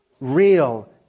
real